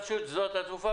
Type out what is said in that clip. רשות שדות התעופה